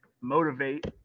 motivate